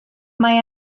mae